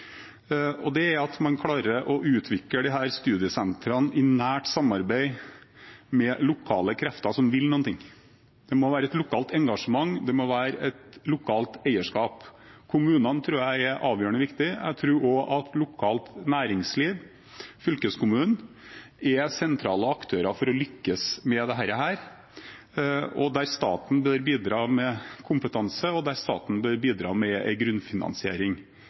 Det er at man klarer å utvikle disse studiesentrene i nært samarbeid med lokale krefter som vil noe. Det må være et lokalt engasjement, det må være et lokalt eierskap. Jeg tror kommunene er avgjørende viktig. Jeg tror også at lokalt næringsliv og fylkeskommunen er sentrale aktører for å lykkes med dette, der staten bør bidra med kompetanse og